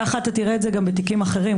כך תראה גם בתיקים אחרים,